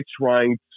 trying